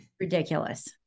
Ridiculous